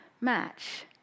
match